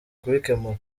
kubikemura